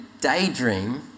daydream